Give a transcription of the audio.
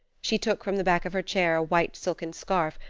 she took from the back of her chair a white silken scarf,